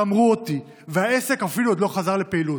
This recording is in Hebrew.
גמרו אותי, והעסק אפילו עוד לא חזר לפעילות.